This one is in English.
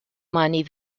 money